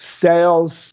sales